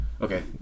okay